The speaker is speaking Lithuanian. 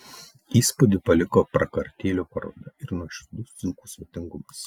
įspūdį paliko prakartėlių paroda ir nuoširdus dzūkų svetingumas